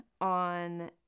on